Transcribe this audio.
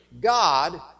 God